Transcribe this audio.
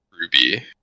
Ruby